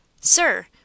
Sir